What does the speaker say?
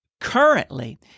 currently